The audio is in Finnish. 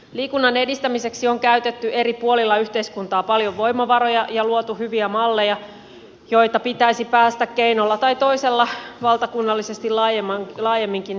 liikunnan edistämiseksi on käytetty eri puolilla yhteiskuntaa paljon voimavaroja ja luotu hyviä malleja joita pitäisi päästä keinolla tai toisella valtakunnallisesti laajemminkin levittämään